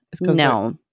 No